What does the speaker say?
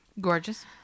Gorgeous